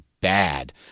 bad